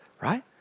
right